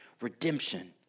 redemption